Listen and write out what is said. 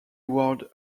word